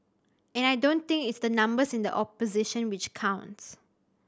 and I don't think it's the numbers in the opposition which counts